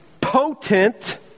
potent